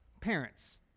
parents